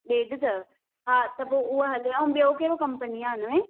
ॾेढु अथव हा त पोइ उहा हले ऐं ॿियो कहिड़ो कंपनी आहे हिन में